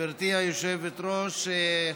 גברתי היושבת-ראש,